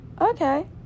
Okay